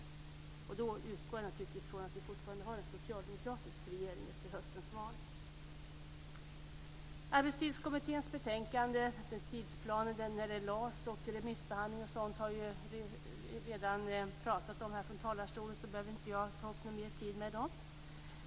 Då utgår jag naturligtvis från att vi fortfarande har en socialdemokratisk regering efter höstens val. Arbetskommitténs betänkande, tidsplanen och remissbehandlingen har man redan talat om här i talarstolen, så det behöver jag inte ta upp mer tid med.